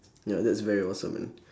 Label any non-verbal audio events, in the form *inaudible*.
ya that's very awesome man *breath*